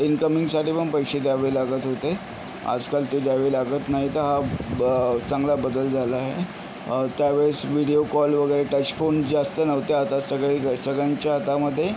इन्कमिंगसाठी पण पैसे द्यावे लागत होते आजकाल ते द्यावे लागत नाही तर हा ब चांगला बदल झाला आहे त्यावेळेस विडिओ कॉल वगैरे टच फोन जास्त नव्हते आता सगळे ग सगळ्यांच्या हातामध्ये